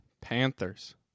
Panthers